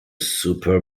super